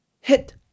hit